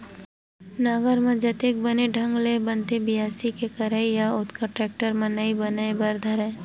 नांगर म जतेक बने ढंग ले बनथे बियासी के करई ह ओतका टेक्टर म नइ बने बर धरय